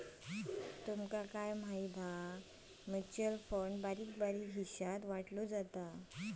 काय तूमका माहिती हा? म्युचल फंड बारीक बारीक हिशात वाटलो जाता